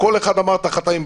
כל אחד אמר את החטאים שלו.